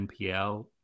NPL